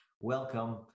welcome